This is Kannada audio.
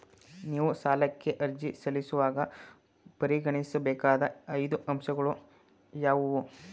ನೀವು ಸಾಲಕ್ಕೆ ಅರ್ಜಿ ಸಲ್ಲಿಸುವಾಗ ಪರಿಗಣಿಸಬೇಕಾದ ಐದು ಅಂಶಗಳು ಯಾವುವು?